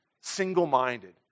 single-minded